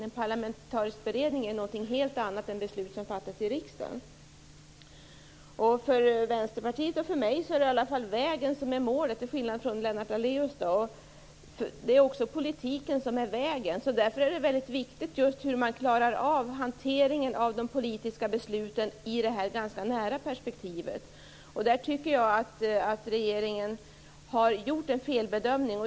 En parlamentarisk beredning innebär någonting helt annat än beslut som fattas i riksdagen. För Vänsterpartiet och för mig är det i alla fall vägen som är målet, till skillnad från vad det är för Lennart Daléus. Det är också politiken som är vägen, och därför är det viktigt hur man klarar av hanteringen av de politiska besluten i det här ganska nära perspektivet. Jag tycker att regeringen har gjort en felbedömning.